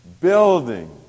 Building